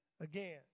again